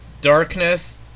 darkness